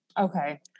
Okay